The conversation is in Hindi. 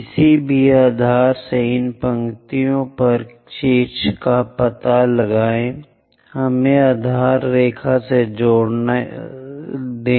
किसी भी आधार से इन पंक्तियों पर शीर्ष का पता लगाएँ हमें आधार रेखा से जुड़ने दें